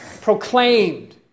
proclaimed